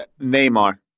Neymar